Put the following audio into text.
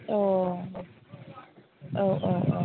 औ औ औ औ